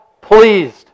pleased